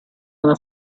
una